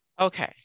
Okay